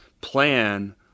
plan